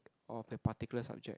of the particular subject